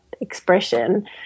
expression